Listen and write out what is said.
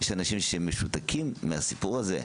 יש אנשים שמשותקים מהסיפור הזה,